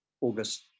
August